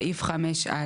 אבל זה שימוש לרעה בסמכות.